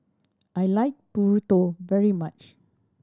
I like Burrito very much